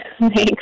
thanks